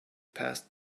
passed